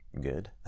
good